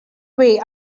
way